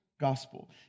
gospel